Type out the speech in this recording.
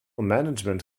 management